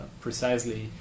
precisely